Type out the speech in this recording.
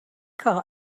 call